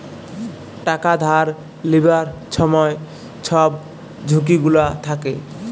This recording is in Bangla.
টাকা ধার লিবার ছময় ছব ঝুঁকি গুলা থ্যাকে